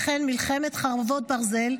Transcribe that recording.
וכן מלחמת חרבות ברזל,